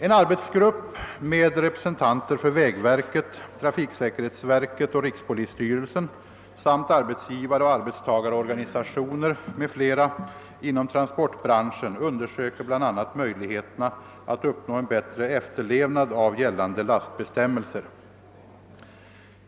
En arbetsgrupp med representanter för vägverket, trafiksäkerhetsverket och rikspolisstyrelsen samt arbetsgivaroch arbetstagarorganisationer m.fl. inom transportbranschen undersöker = bl.a. möjligheterna att uppnå en bättre efterlevnad av gällande lastbestämmelser.